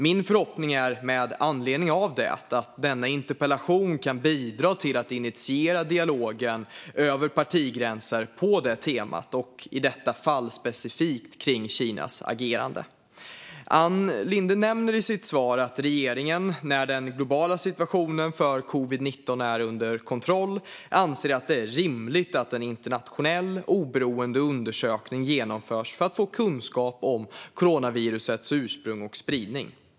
Med anledning av det är min förhoppning att denna interpellation kan bidra till att initiera en dialog över partigränser på det temat - i detta fall specifikt kring Kinas agerande. Ann Linde nämner i sitt svar att regeringen anser att det, när den globala situationen för covid-19 är under kontroll, är rimligt att en internationell oberoende undersökning genomförs för att få kunskap om coronavirusets ursprung och spridning.